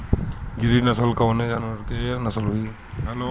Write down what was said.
गिरी नश्ल कवने जानवर के नस्ल हयुवे?